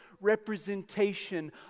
representation